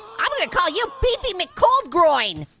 i'm gonna call you beefy mccoldgroin.